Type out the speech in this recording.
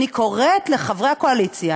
אני קוראת לחברי הקואליציה,